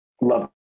love